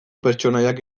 pertsonaiak